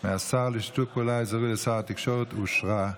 מהשר לשיתוף פעולה אזורי לשר התקשורת אושרה במליאה.